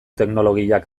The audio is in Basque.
teknologiak